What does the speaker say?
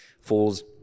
falls